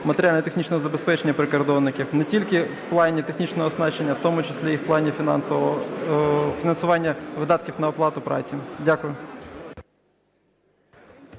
матеріально-технічного забезпечення прикордонників не тільки в плані технічного оснащення, а в тому числі і в плані фінансового, фінансування видатків на оплату праці. Дякую.